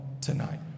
tonight